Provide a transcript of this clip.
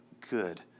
good